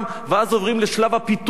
ואז עוברים לשלב הפיתוי.